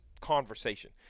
conversation